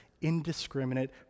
indiscriminate